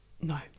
No